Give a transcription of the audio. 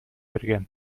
берген